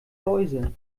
läuse